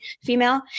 female